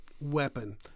weapon